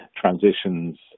transitions